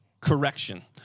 correction